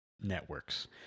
networks